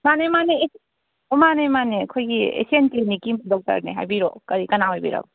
ꯃꯥꯅꯦ ꯃꯥꯅꯦ ꯃꯥꯅꯦ ꯃꯥꯅꯦ ꯑꯩꯈꯣꯏꯒꯤ ꯑꯦꯁꯤꯌꯥꯟ ꯀ꯭ꯂꯤꯅꯤꯛꯀꯤ ꯗꯣꯛꯇꯔꯅꯦ ꯍꯥꯏꯕꯤꯔꯛꯑꯣ ꯀꯔꯤ ꯀꯅꯥ ꯑꯣꯏꯕꯤꯔꯕ